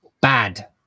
bad